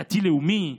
דתי-לאומי,